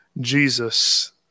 Jesus